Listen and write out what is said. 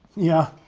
yeah,